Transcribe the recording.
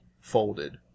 folded